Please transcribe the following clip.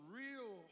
real